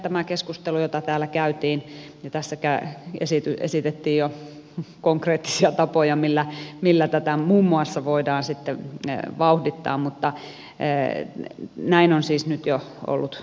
tämä keskustelu jota täällä käytiin ja tässä esitettiin jo konkreettisia tapoja millä tätä muun muassa voidaan sitten vauhdittaa mutta näin on siis nyt jo ollut mahdollista